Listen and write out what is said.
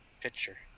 picture